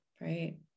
Right